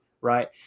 right